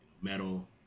metal